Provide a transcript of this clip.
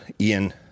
Ian